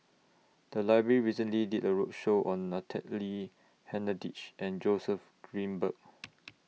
The Library recently did A roadshow on Natalie Hennedige and Joseph Grimberg